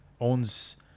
owns